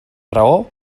raó